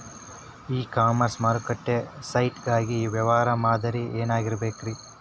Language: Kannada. ಇ ಕಾಮರ್ಸ್ ಮಾರುಕಟ್ಟೆ ಸೈಟ್ ಗಾಗಿ ವ್ಯವಹಾರ ಮಾದರಿ ಏನಾಗಿರಬೇಕ್ರಿ?